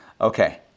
Okay